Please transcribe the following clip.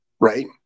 right